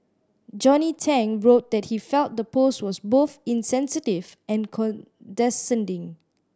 Johnny Tang wrote that he felt the post was both insensitive and condescending